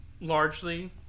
largely